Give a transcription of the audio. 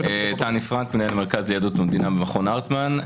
אני מנהל מרכז יהדות ומדינה במכון הרטמן.